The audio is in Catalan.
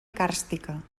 càrstica